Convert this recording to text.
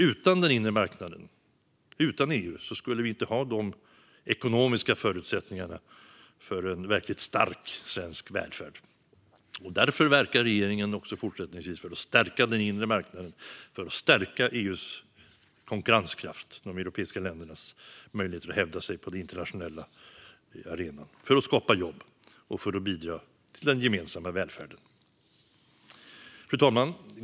Utan den inre marknaden och utan EU skulle vi inte ha de ekonomiska förutsättningarna för en verkligt stark svensk välfärd. Därför verkar regeringen även fortsättningsvis för att stärka den inre marknaden, för att stärka EU:s konkurrenskraft och de europeiska ländernas möjligheter att hävda sig på den internationella arenan, för att skapa jobb och för att bidra till den gemensamma välfärden. Fru talman!